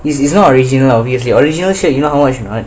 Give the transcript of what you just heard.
it's it's not original obviously original shirt you know how much or not